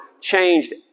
changed